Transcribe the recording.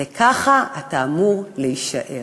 וככה אתה אמור להישאר.